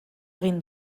egin